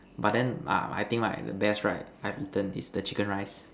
but then I I think right best right I've eaten is the chicken rice